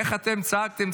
איך אתם צעקתם,